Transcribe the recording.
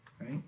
right